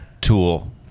Tool